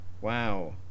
Wow